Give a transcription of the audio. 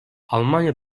almanya